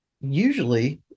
usually